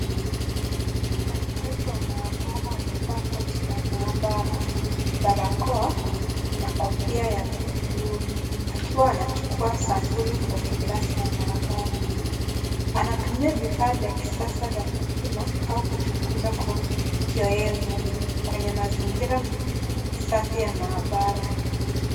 Mfanyikazi wa maabara amevaa koti la maabara , barakoa na kofia ya bluu akiwa anachukua sampuli kwenye glesi ya maabara . Anatumia vifaa vya kisasa vya kupima au kuchunguza koo choevu kwenye mazingira masafi ya maabara.